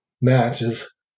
matches